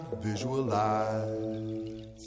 visualize